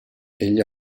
egli